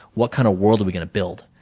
what kind of world are we going to build?